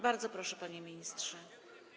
Bardzo proszę, panie ministrze.